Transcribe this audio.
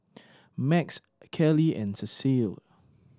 Max Kaley and Cecile